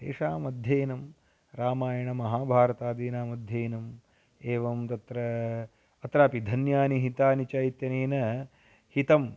तेषामध्ययनं रामायणमहाभारतादीनाम् अध्ययनम् एवं तत्र अत्रापि धन्यानि हितानि च इत्यनेन हितं